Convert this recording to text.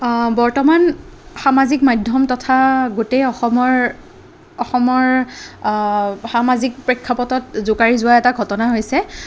বৰ্তমান সামাজিক মাধ্যম তথা গোটেই অসমৰ অসমৰ সামাজিক প্ৰেক্ষাপটত জোকাৰি যোৱা এটা ঘটনা হৈছে